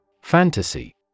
Fantasy